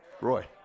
Roy